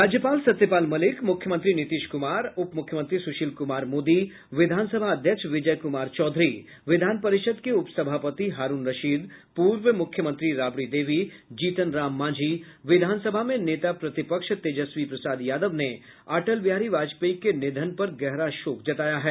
राज्यपाल सत्यपाल मलिक मूख्यमंत्री नीतीश कूमार उप मूख्यमंत्री सूशील कूमार मोदी विधानसभा अध्यक्ष विजय कुमार चौधरी विधान परिषद् के उप सभापति हारूण रशीद पूर्व मुख्यमंत्री राबड़ी देवी जीतन राम मांझी विधानसभा में नेता प्रतिपक्ष तेजस्वी प्रसाद यादव ने अटल बिहारी वाजपेयी के निधन पर गहरा शोक जताया है